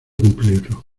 cumplirlo